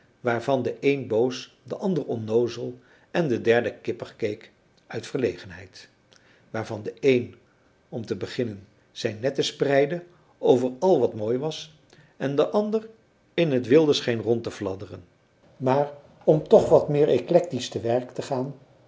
waarvan de een boos de ander onnoozel en de derde kippig keek uit verlegenheid waarvan de een om te beginnen zijn netten spreidde over al wat mooi was en de ander in het wilde scheen rond te fladderen maar om toch wat meer eklektisch te werk te gaan